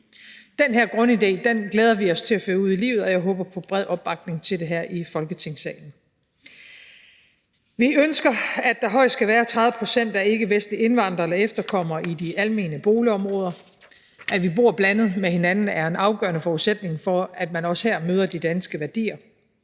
Den her grundidé glæder vi os til at føre ud i livet, og jeg håber på bred opbakning til det her i Folketingssalen. Vi ønsker, at der højst skal være 30 pct. ikke vestlige indvandrere eller efterkommere i de almene boligområder. At vi bor blandet, er en afgørende forudsætning for, at man også her møder de danske værdier.